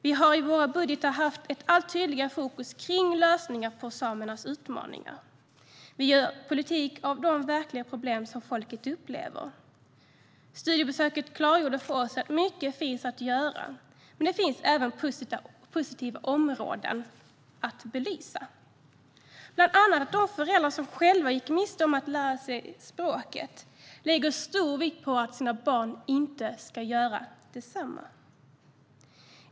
Vi har i våra budgetar haft ett allt tydligare fokus på lösningar på samernas utmaningar. Vi gör politik av de verkliga problem som folket upplever. Studiebesöket klargjorde för oss att mycket finns att göra, men det finns även positiva områden att belysa. Det är bland annat att de föräldrar som själva gick miste om att lära sig språket lägger stor vikt på att deras barn inte ska göra detsamma.